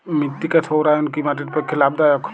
মৃত্তিকা সৌরায়ন কি মাটির পক্ষে লাভদায়ক?